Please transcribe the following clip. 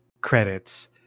credits